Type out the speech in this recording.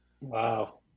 Wow